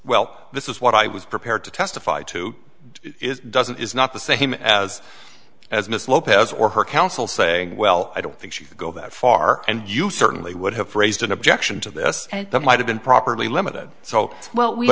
well this is what i was prepared to testify to it doesn't is not the same as as miss lopez or her counsel saying well i don't think she could go that far and you certainly would have raised an objection to this and that might have been properly limited so well